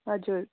हजुर